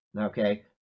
okay